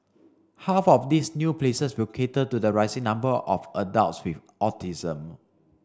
half of these new places will cater to the rising number of adults with autism